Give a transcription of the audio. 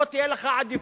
או שתהיה לך עדיפות.